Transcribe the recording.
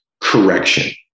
correction